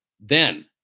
then-